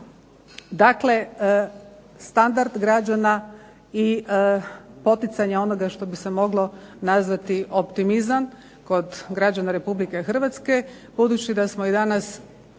Dakle, standard građana i poticanja onoga što bi se moglo nazvati optimizam kod građana Republike Hrvatske. Budući da smo i danas